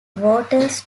voters